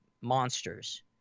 monsters